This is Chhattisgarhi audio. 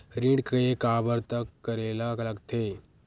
ऋण के काबर तक करेला लगथे?